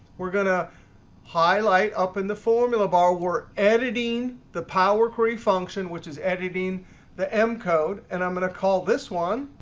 we're going to highlight up in the formula bar. we're editing the power query function, which is editing the m code. and i'm going to call this one,